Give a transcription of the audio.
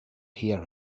hear